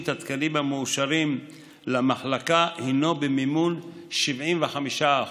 את התקנים המאושרים למחלקה הינה מימון 75%,